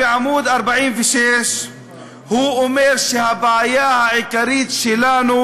בעמוד 46 הוא אומר שהבעיה העיקרית שלנו